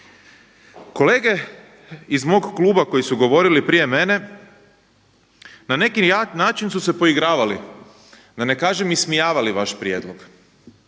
Kolega iz mog kluba koji su govorili prije mene na neki jak način su se poigravali, da ne kažem ismijavali vaš prijedlog